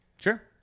Sure